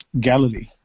Galilee